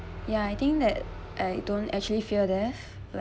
ya I think that I don't actually fear death